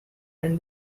and